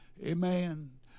Amen